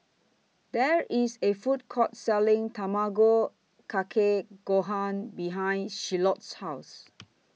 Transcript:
There IS A Food Court Selling Tamago Kake Gohan behind Shiloh's House